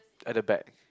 at the back